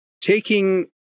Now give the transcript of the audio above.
taking